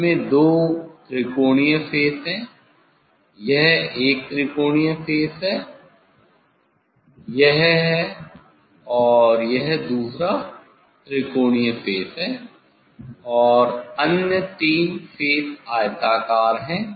इसमें दो त्रिकोणीय फेस है एक त्रिकोणीय फेस यह है और यह दूसरा त्रिकोणीय फेस है और अन्य तीन फेस आयताकार हैं